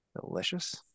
Delicious